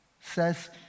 says